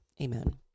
Amen